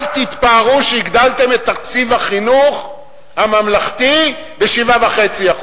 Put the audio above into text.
אל תתפארו שהגדלתם את תקציב החינוך הממלכתי ב-7.5%.